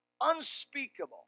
Unspeakable